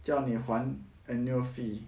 叫你还 annual fee